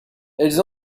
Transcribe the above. elles